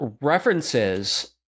references